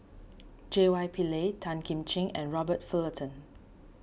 J Y Pillay Tan Kim Ching and Robert Fullerton